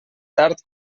tard